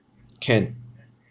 can